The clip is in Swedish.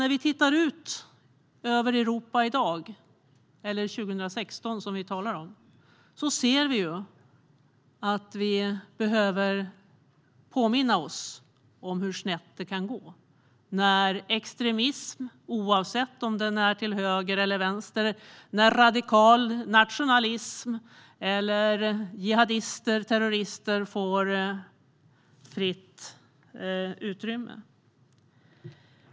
När vi tittar ut över Europa i dag, eller 2016 som vi talar om, ser vi dock att vi behöver påminna oss om hur snett det kan gå när extremism, oavsett om den är till höger eller till vänster, radikal nationalism eller jihadister och terrorister får fritt utrymme.